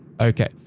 Okay